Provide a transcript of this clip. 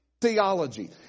theology